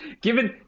given